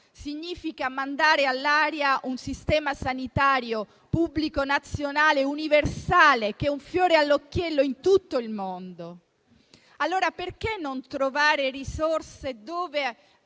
Significa mandare all'aria un sistema sanitario pubblico, nazionale e universale, che è un fiore all'occhiello in tutto il mondo. Allora perché non trovare risorse dove